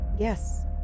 Yes